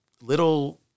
little